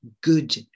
good